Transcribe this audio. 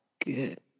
Good